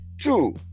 Two